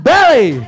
Belly